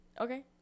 Okay